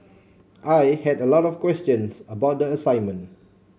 I had a lot of questions about the assignment